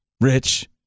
Rich-